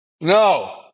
No